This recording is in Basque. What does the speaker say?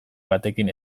batekin